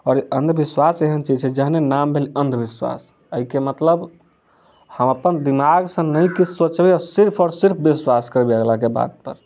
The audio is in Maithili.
आओर अन्धविश्वास एहन चीज छै जहने नाम भेलै अन्धविश्वास एहिके मतलब हम अप्पन दिमाग सँ नहि किछु सोचबै आओर सिर्फ आओर सिर्फ विश्वास करबै अगला के बात पर